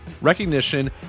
recognition